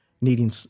needing